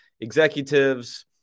executives